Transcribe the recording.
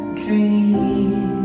dream